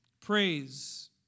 Praise